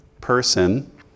person